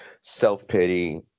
self-pity